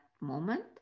moment